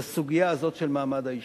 זה בסוגיה הזאת של מעמד האשה.